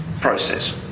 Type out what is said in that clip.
process